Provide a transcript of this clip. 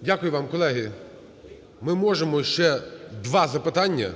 Дякую вам. Колеги, ми можемо ще два запитання